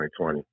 2020